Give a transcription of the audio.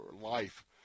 life